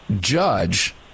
judge